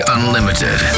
Unlimited